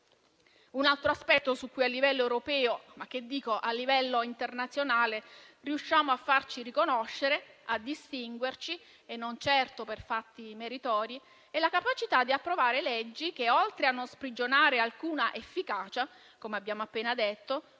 Un altro aspetto su cui a livello europeo, direi a livello internazionale, riusciamo a farci riconoscere e distinguerci - e non certo per fatti meritori - è la capacità di approvare leggi che, oltre a non sprigionare alcuna efficacia, come abbiamo appena detto,